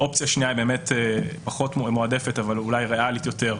אופציה שנייה היא פחות מועדפת אבל אולי ריאלית יותר,